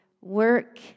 work